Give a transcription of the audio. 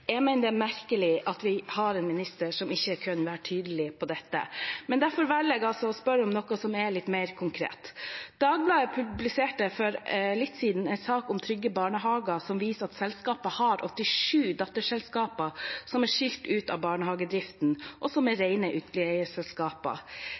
Jeg mener det er merkelig at vi har en minister som ikke kan være tydelig på dette. Derfor velger jeg å spørre om noe som er litt mer konkret. Dagbladet publiserte for litt siden en sak om Trygge Barnehager, som viser at selskapet har 87 datterselskaper som er skilt ut av barnehagedriften, og som